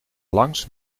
langs